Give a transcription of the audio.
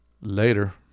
later